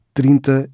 trinta